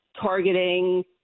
targeting